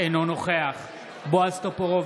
אינו נוכח בועז טופורובסקי,